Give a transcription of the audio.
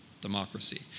democracy